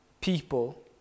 people